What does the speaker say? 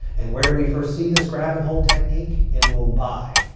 and where do we first see this grab and hold technique? in mumbai.